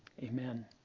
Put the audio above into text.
amen